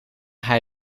hij